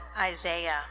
Isaiah